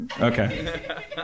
Okay